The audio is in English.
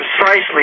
precisely